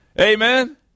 Amen